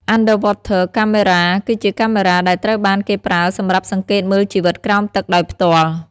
Underwater Cameras គឺជាកាមេរ៉ាទដែលត្រូវបានគេប្រើសម្រាប់សង្កេតមើលជីវិតក្រោមទឹកដោយផ្ទាល់។